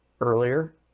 earlier